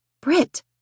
Brit